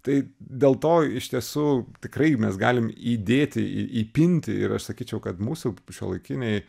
tai dėl to iš tiesų tikrai mes galim įdėti į įpinti ir aš sakyčiau kad mūsų p šiuolaikiniai